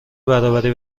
برابری